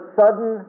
sudden